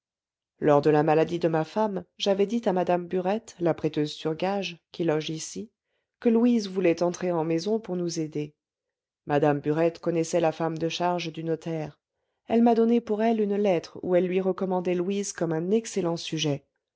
lors de la maladie de ma femme j'avais dit à mme burette la prêteuse sur gages qui loge ici que louise voulait entrer en maison pour nous aider mme burette connaissait la femme de charge du notaire elle m'a donné pour elle une lettre où elle lui recommandait louise comme un excellent sujet